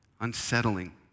unsettling